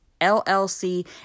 LLC